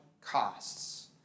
costs